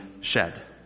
shed